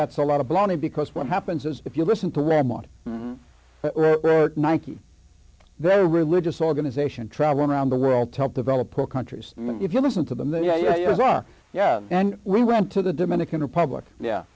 that's a lot of baloney because what happens is if you listen program on ninety they're a religious organization traveling around the world to help develop poor countries if you listen to them then yeah yeah yeah yeah and we went to the dominican republic yeah